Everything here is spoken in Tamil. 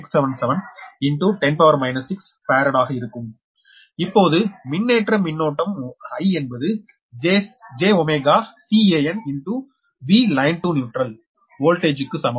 677 10 6 ஃபாரட் ஆக இருக்கும் இப்போது மின்னேற்ற மின்னோட்டம் I என்பது jCanVline to neutral வோல்டேஜுக்கு சமம்